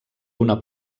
una